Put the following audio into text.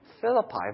Philippi